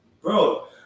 bro